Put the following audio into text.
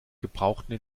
gebrauchten